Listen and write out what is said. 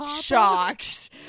shocked